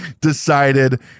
decided